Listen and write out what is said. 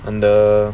and the